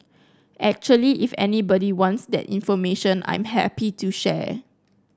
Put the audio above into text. actually if anybody wants that information I'm happy to share